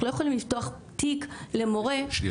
אנחנו לא יכולים לפתוח תיק למורה --- שניה,